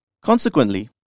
Consequently